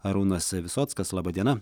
arūnas visockas laba diena